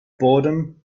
boredom